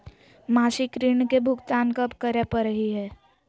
मासिक ऋण के भुगतान कब करै परही हे?